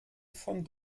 von